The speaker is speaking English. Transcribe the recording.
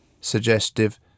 suggestive